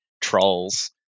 trolls